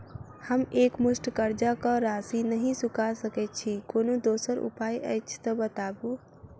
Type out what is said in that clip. हम एकमुस्त कर्जा कऽ राशि नहि चुका सकय छी, कोनो दोसर उपाय अछि तऽ बताबु?